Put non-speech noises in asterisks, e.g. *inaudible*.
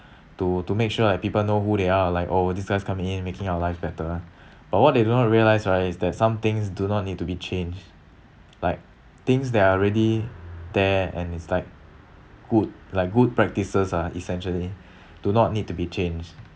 to to make sure that people know who they are like !ow! this guy's coming in making our lives better *breath* but what they do not realise right is that some things do not need to be changed like things that are already there and it's like good like good practices ah essentially *breath* do not need to be changed